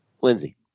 Lindsey